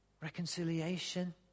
reconciliation